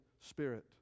Spirit